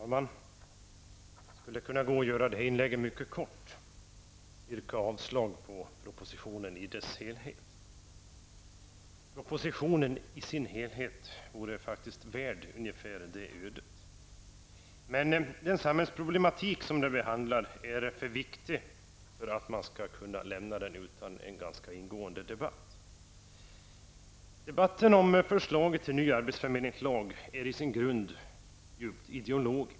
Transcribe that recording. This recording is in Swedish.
Herr talman! Det skulle gå att göra detta inlägg mycket kort och yrka avslag på propositionen i dess helhet. Den vore faktiskt värd detta öde. Men den samhällsproblematik som den behandlar är för viktig för att man skall kunna lämna den utan en ganska ingående debatt. Debatten om förslaget till en ny arbetsförmedlingslag är i grunden djupt ideologisk.